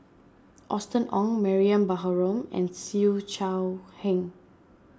Austen Ong Mariam Baharom and Siew Shaw Heng